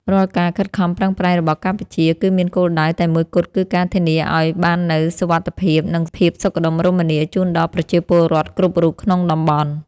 រាល់ការខិតខំប្រឹងប្រែងរបស់កម្ពុជា គឺមានគោលដៅតែមួយគត់គឺការធានាឱ្យបាននូវសុវត្ថិភាព និងភាពសុខដុមរមនាជូនដល់ប្រជាពលរដ្ឋគ្រប់រូបក្នុងតំបន់។